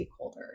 stakeholders